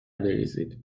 بریزید